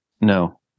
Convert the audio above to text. No